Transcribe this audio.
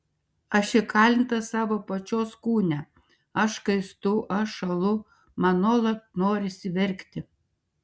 aš įkalinta savo pačios kūne aš kaistu aš šąlu man nuolat norisi verkti